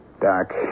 Doc